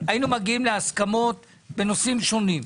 היינו מגיעים להסכמות בנושאים שונים.